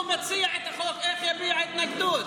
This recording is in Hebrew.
הוא מציע את החוק, איך יביע התנגדות?